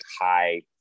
high